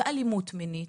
ואלימות מינית.